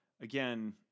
again